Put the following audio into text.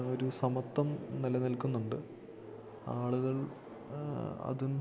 ഒരു സമത്ത്വം നിലനിൽക്കുന്നുണ്ട് ആളുകൾ അതും